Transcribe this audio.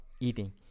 eating